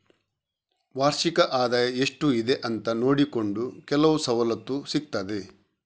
ವಾರ್ಷಿಕ ಆದಾಯ ಎಷ್ಟು ಇದೆ ಅಂತ ನೋಡಿಕೊಂಡು ಕೆಲವು ಸವಲತ್ತು ಸಿಗ್ತದೆ